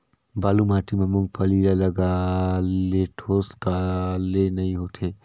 बालू माटी मा मुंगफली ला लगाले ठोस काले नइ होथे?